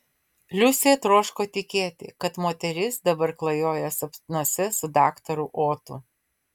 liusė troško tikėti kad moteris dabar klajoja sapnuose su daktaru otu